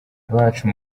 bacu